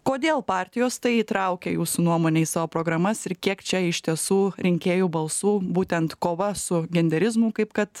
kodėl partijos tai įtraukia jūsų nuomone į savo programas ir kiek čia iš tiesų rinkėjų balsų būtent kova su genderizmu kaip kad